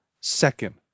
second